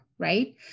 Right